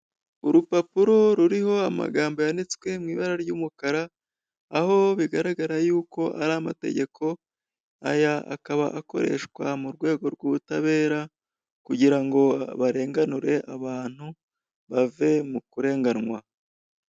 Urupapuro ruriho amagambo yanditswe mu ibara ry'umukara, aho bigaragara yuko ari amategeko, aya akaba akoreshwa mu rwego rw'ubutabera kugira ngo barenganure abantu bave mu kurenganwa.